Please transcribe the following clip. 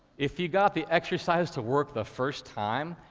if you got the exercise to work the first time,